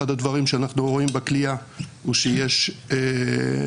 אחד הדברים שאנחנו רואים בכליאה הוא שיש קיצור,